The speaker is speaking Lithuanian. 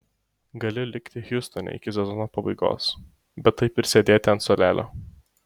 galiu likti hjustone iki sezono pabaigos bet taip ir sėdėti ant suolelio